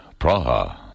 Praha